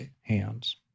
hands